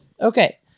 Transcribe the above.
Okay